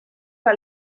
par